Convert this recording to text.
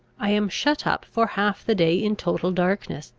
i am shut up for half the day in total darkness,